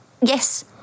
Yes